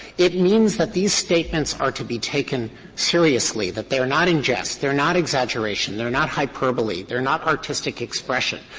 it means that these statements are to be taken seriously, that they are not in jest, they are not exaggeration, they are not hyperbole, they are not artistic expression.